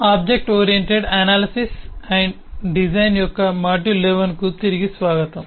object oriented analysis మరియు design యొక్క module 11 కు తిరిగి స్వాగతం